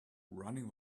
running